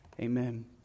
amen